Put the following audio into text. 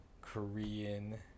Korean